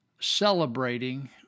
celebrating